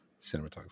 cinematography